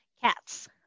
Cats